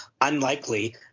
Unlikely